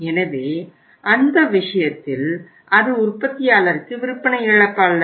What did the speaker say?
எனவே அந்த விஷயத்தில் அது உற்பத்தியாளருக்கு விற்பனை இழப்பு அல்ல